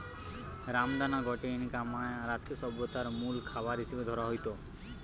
রামদানা গটে Inca, Maya আর অ্যাজটেক সভ্যতারে মুল খাবার হিসাবে ধরা হইত